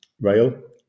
rail